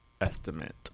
estimate